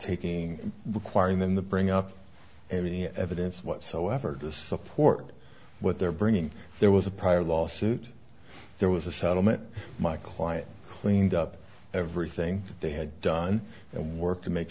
taking requiring them to bring up any evidence whatsoever to support what they're bringing there was a prior lawsuit there was a settlement my client cleaned up everything they had done their work to make